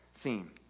theme